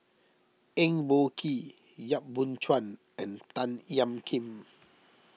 Eng Boh Kee Yap Boon Chuan and Tan Ean Kiam